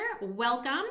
welcome